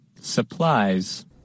Supplies